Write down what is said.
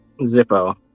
Zippo